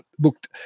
looked